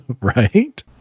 right